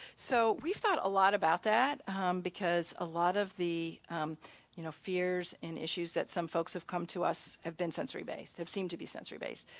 so we've thought a lot about that because a lot of the you know fears and issues that some folks have come to us have been sensory based, have seemed to be sensory based.